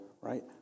right